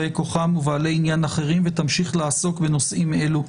באי כוחם ובעלי עניין אחרים ותמשיך לעסוק בנושאים אלו.